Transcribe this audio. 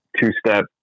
two-step